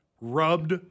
rubbed